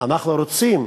שאנחנו רוצים